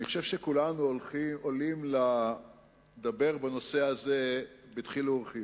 אני חושב שכולנו עולים לדבר בנושא הזה בדחילו ורחימו.